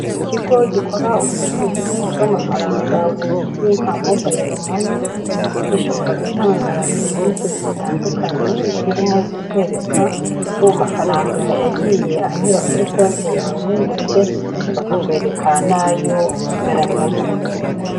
Ikigo gikora ubucuruzi bw'amafaranga buzwi nka mobayiro mani gishobora gutanga serivise zitandukanye zirimo; kukereka amafaranga yagiye anyura kuri konte yawe ndetse bakakwerka n'ayo usigaranyemo.